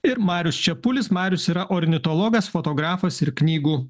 ir marius čepulis marius yra ornitologas fotografas ir knygų